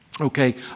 okay